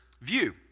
view